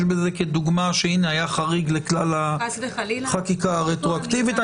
בזה כדוגמה שהינה היה חריג לכלל החקיקה הרטרואקטיבית.